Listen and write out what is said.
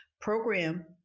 program